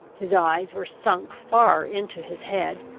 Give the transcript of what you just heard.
his eyes were sunk far into his head,